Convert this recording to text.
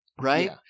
Right